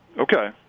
Okay